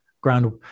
ground